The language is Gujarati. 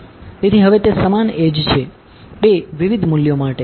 તેથી હવે તે સમાન એડ્જ છે 2 વિવિધ મૂલ્યો માટે